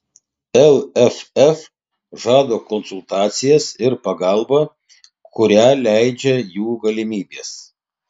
lff žada konsultacijas ir pagalbą kurią leidžia jų galimybės